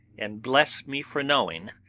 and bless me for knowing,